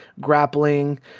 grappling